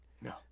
No